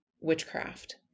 witchcraft